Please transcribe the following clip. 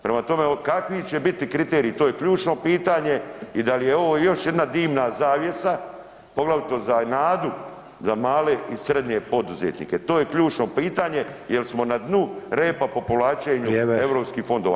Prema tome, kakvi će biti kriteriji, to je ključno pitanje i da li je ovo još jedna dimna zavjesa, poglavito za nadu za male i srednje poduzetnike, to je ključno pitanje jer smo na dnu repa po povlačenu europskih fondova.